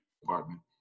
department